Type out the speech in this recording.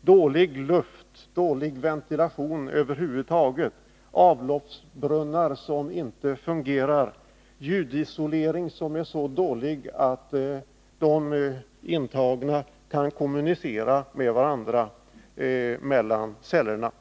dålig luft, dålig ventilation över huvud taget och avloppsbrunnar som inte fungerar, ljudisolering som är så dålig att de intagna kan kommunicera med varandra mellan cellerna.